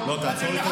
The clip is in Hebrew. זה פרסונלי,